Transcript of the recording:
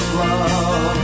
love